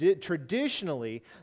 traditionally